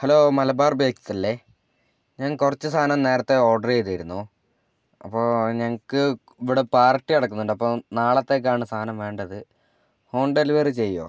hello Malabar bakes അല്ലെ ഞാൻ കുറച്ച് സാധനം നേരത്തെ ഓർഡർ ചെയ്തിരുന്നു അപ്പോൾ ഞങ്ങൾക്ക് ഇവിടെ പാർട്ടി നടക്കുന്നുണ്ട് അപ്പം നാളെത്തേക്കാണ് സാധനം വേണ്ടത് ഹോം ഡെലിവറി ചെയ്യുമോ